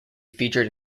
featured